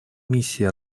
миссии